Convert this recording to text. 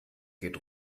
geht